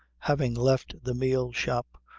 having left the meal-shop,